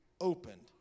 opened